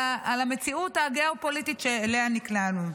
המציאות הגיאופוליטית שאליה נקלענו.